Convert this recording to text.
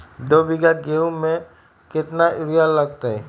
दो बीघा गेंहू में केतना यूरिया लगतै?